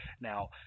now